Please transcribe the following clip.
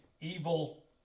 evil